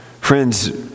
Friends